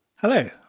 Hello